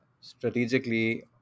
strategically